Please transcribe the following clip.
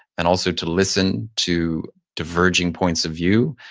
and also to listen to diverging points of view.